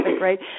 right